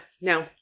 No